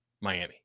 Miami